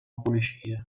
coneixia